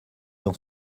dans